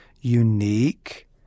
unique